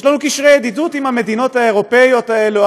יש לנו קשרי ידידות עם המדינות האירופיות האלה,